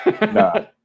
no